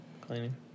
cleaning